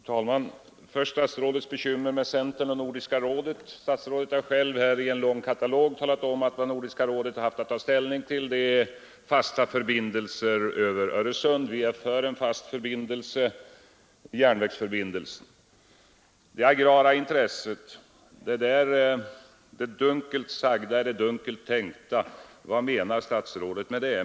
Fru talman! Först statsrådets bekymmer om centern och Nordiska rådet. Statsrådet har själv i en lång katalog talat om att Nordiska rådet haft att ta ställning till fasta förbindelser över Öresund. Vi är för en fast förbindelse — järnvägsförbindelsen. Det agrara intresset! Det dunkelt sagda är det dunkelt tänkta. Vad menar statsrådet med detta?